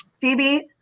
Phoebe